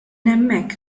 hemmhekk